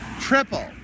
triple